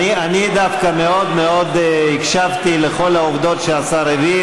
אני דווקא מאוד מאוד הקשבתי לכל העובדות שהשר הביא,